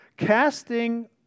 Casting